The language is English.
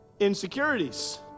insecurities